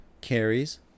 carries